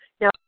Now